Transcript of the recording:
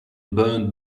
burnt